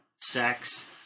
sex